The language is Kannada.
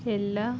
ಎಲ್ಲ